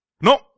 No